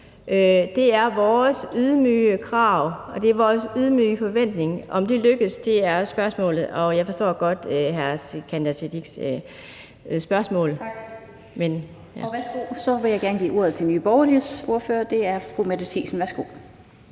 Det er vores ydmyge krav, og det er vores ydmyge forventning. Om det lykkes, er spørgsmålet, og jeg forstår godt hr. Sikandar Siddiques spørgsmål. Kl. 13:41 Den fg. formand (Annette Lind): Så vil jeg gerne give ordet til Nye Borgerliges ordfører, og det er fru Mette Thiesen. Værsgo.